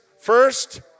First